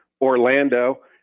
Orlando